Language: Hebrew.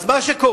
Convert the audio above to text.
אז מה שקורה,